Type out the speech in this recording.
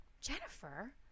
Jennifer